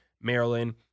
Maryland